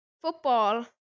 football